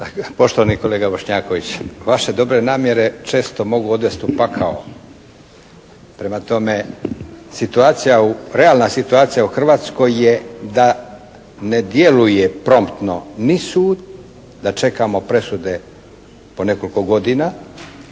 Poštovani kolega Bošnjaković, vaše dobre namjere često mogu odvesti u pakao. Prema tome situacija, realna situacija u Hrvatskoj je da ne djeluje promptno ni sud, da čekamo presude po nekoliko godina,